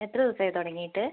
എത്ര ദിവസായി തുടങ്ങിയിട്ട്